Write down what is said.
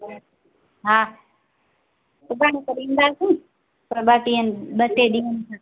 हा सुभाणे वरी ईंदासीं पर बाक़ी इन ॿ टे ॾींहंनि जा